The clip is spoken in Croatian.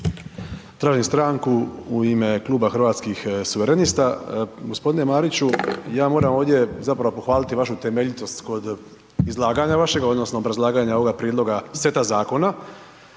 Tražim stranku u ime Kluba Hrvatskih suverenista. G. Mariću, ja moram ovdje zapravo pohvaliti vašu temeljitost kog izlaganja vašeg odnosno obrazlaganja ovoga prijedloga seta zakona,